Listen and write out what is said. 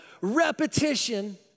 repetition